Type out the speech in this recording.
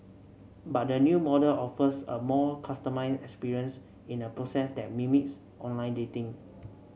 but the new model offers a more customised experience in a process that mimics online dating